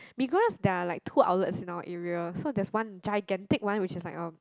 Migros there are like two outlets in our area so that's one gigantic one which is like a